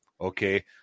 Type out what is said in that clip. Okay